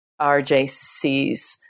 RJCs